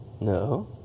No